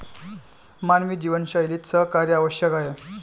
मानवी जीवनशैलीत सहकार्य आवश्यक आहे